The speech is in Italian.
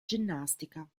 ginnastica